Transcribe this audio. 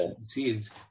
seeds